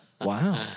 Wow